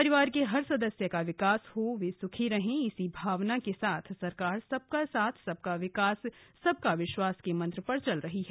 परिवार के हर सदस्य का विकास हो वो सुखी रहें इसी भावना के साथ सरकार सबका साथ सबका विकास सबका विश्वास के मंत्र पर चल रही है